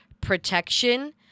protection